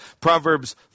Proverbs